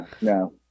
No